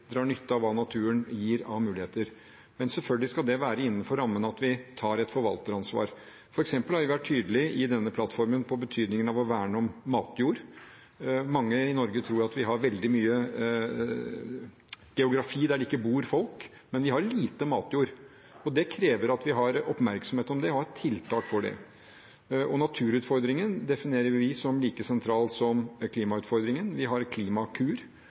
drar nytte av det naturen gir av muligheter, men det skal selvfølgelig være innenfor rammene av at vi tar et forvalteransvar. Vi har i denne plattformen f.eks. vært tydelige på betydningen av å verne om matjord. Mange i Norge tror at vi har veldig mye geografi der det ikke bor folk, men vi har lite matjord, og det krever at vi har oppmerksomhet om det og tiltak for det. Vi definerer naturutfordringen som like sentral som klimautfordringen. Vi har Klimakur,